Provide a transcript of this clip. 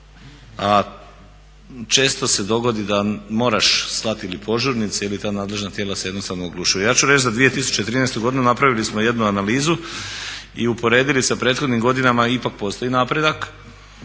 a često se dogodi da moraš slati ili požurnice ili ta nadležna tijela se jednostavno oglušuju. Ja ću reći za 2013. godinu napravili smo jednu analizu i uporedili sa prethodnim godinama ipak postoji napredak,